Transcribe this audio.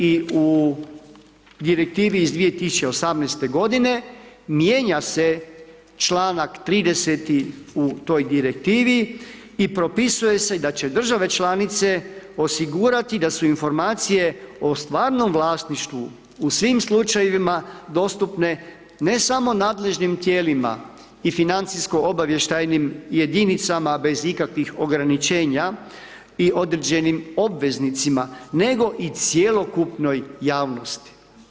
I u Direktivi iz 2018. godine mijenja se članka 30. u toj Direktivi i propisuje se da će države članice osigurati da su informacije o stvarnom vlasništvu u svim slučajevima dostupne ne samo nadležnim tijelima i financijsko obavještajnim jedinicama bez ikakvih ograničenja i određenim obveznicima nego i cjelokupnoj javnosti.